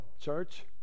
church